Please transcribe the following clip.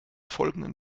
folgenden